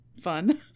fun